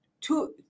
two